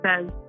says